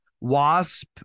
wasp